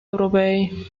europei